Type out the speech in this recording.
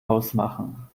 ausmachen